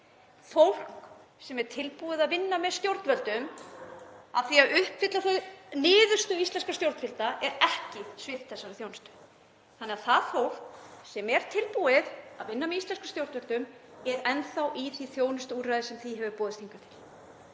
Fólk sem er tilbúið að vinna með stjórnvöldum að því að uppfylla niðurstöðu íslenskra stjórnvalda er ekki svipt þessari þjónustu, þannig að það fólk sem er tilbúið að vinna með íslenskum stjórnvöldum er enn þá í því þjónustuúrræði sem því hefur boðist hingað til.